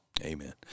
Amen